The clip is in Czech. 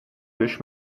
věž